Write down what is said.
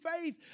faith